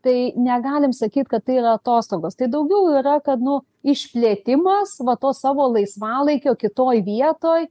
tai negalim sakyt kad tai yra atostogos tai daugiau yra kad nu išplėtimas va to savo laisvalaikio kitoj vietoj